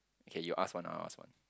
okay you ask one I ask one